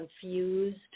confused